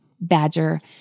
Badger